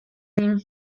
nim